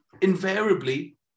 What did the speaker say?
invariably